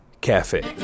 cafe